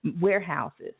warehouses